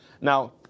Now